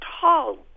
tall